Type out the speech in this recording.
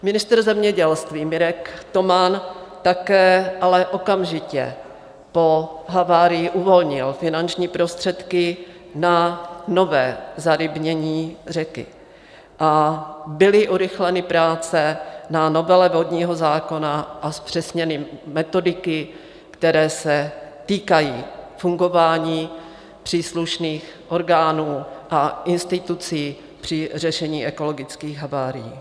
Ministr zemědělství Mirek Toman okamžitě po havárii uvolnil finanční prostředky na nové zarybnění řeky a byly urychleny práce na novele vodního zákona a zpřesněny metodiky, které se týkají fungování příslušných orgánů a institucí při řešení ekologických havárií.